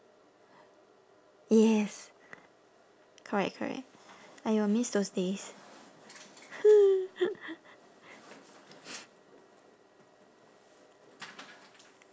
yes correct correct !aiyo! miss those days